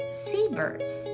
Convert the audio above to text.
seabirds